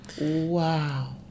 Wow